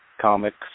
comics